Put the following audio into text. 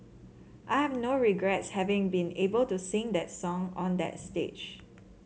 I have no regrets having been able to sing that song on that stage